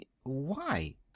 Why